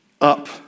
up